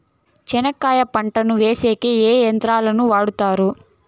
చెనక్కాయ పంటను వేసేకి ఏ యంత్రాలు ను వాడుతారు?